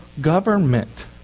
government